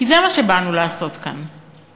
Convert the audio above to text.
כי זה מה שבאנו לעשות כאן.